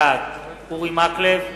בעד אורי מקלב,